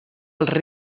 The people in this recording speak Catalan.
als